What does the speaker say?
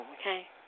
okay